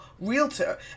realtor